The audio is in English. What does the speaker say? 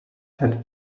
had